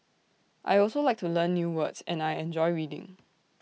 I also like to learn new words and I enjoy reading